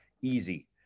easy